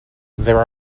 there